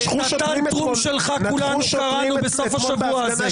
--- שלך כולנו קראנו בסוף השבוע הזה.